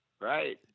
right